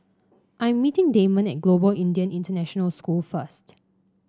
I' m meeting Damon at Global Indian International School first